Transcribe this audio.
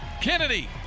Kennedy